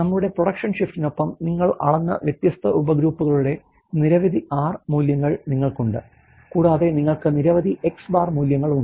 നമ്മുടെ പ്രൊഡക്ഷൻ ഷിഫ്റ്റിനൊപ്പം നിങ്ങൾ അളന്ന വ്യത്യസ്ത ഉപഗ്രൂപ്പുകളുടെ നിരവധി R മൂല്യങ്ങൾ നിങ്ങൾക്ക് ഉണ്ട് കൂടാതെ നിങ്ങൾക്ക് നിരവധി X̄ മൂല്യങ്ങളുമുണ്ട്